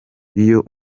iyo